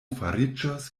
fariĝos